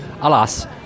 Alas